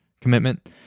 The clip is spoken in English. commitment